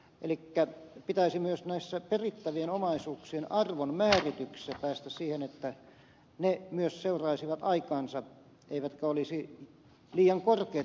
elikkä pitäisi myös tämä perittävien omaisuuk sien arvon määrityksessä päästä siihen että ne myös seuraisivat aikaansa eivätkä olisi liian korkeita